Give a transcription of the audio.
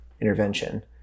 intervention